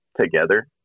together